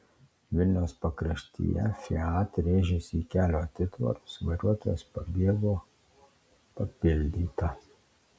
vilniaus pakraštyje fiat rėžėsi į kelio atitvarus vairuotojas pabėgo papildyta